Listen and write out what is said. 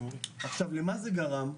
עכשיו, למה זה גרם?